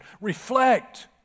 Reflect